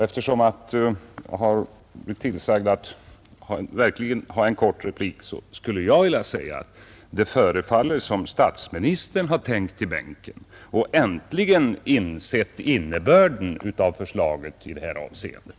Eftersom jag blivit uppmanad att fatta mig kort vill jag inskränka mig till att säga, att det förefaller som om statsministern har tänkt i bänken och äntligen insett innebörden av förslaget i det avseendet.